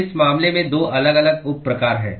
इस मामले में दो अलग अलग उप प्रकार हैं